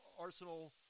Arsenal